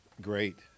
Great